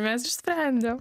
mes išsprendėm